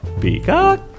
Peacock